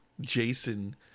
Jason